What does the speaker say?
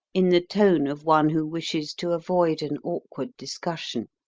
in the tone of one who wishes to avoid an awkward discussion.